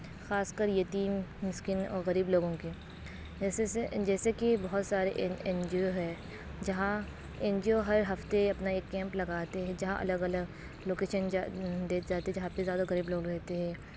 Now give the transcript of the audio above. خاص کر یتیم مسکین اور غریب لوگوں کے جیسے سے جیسے کہ بہت سارے این جی او ہے جہاں این جی او ہر ہفتے اپنا ایک کیمپ لگاتے ہیں جہاں الگ الگ لوکیشن دیے جاتے ہیں جہاں پہ زیادہ غریب لوگ رہتے ہیں